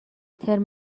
ترم